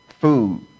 food